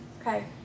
Okay